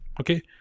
okay